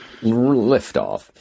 Liftoff